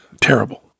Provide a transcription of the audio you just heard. Terrible